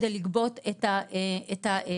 כדי לגבות את ההודעות,